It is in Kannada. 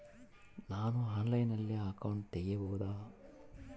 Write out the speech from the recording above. ನಾನು ಆನ್ಲೈನಲ್ಲಿ ಅಕೌಂಟ್ ತೆಗಿಬಹುದಾ?